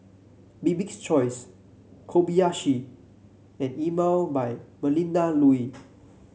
Bibik's Choice Kobayashi and Emel by Melinda Looi